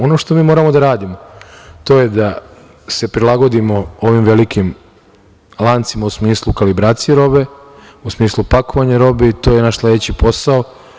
Ono što mi moramo da radimo to je da se prilagodimo ovim velikim lancima, u smislu kalibracije robe, u smislu pakovanja robe, i to je naš sledeći posao.